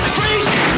Freeze